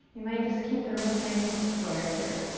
you might just keep the wrist nice and square here.